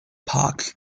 park